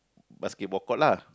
basketball court lah